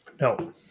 No